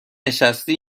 نشستی